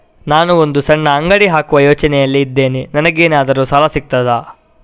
ನಾನು ಒಂದು ಸಣ್ಣ ಅಂಗಡಿ ಹಾಕುವ ಯೋಚನೆಯಲ್ಲಿ ಇದ್ದೇನೆ, ನನಗೇನಾದರೂ ಸಾಲ ಸಿಗ್ತದಾ?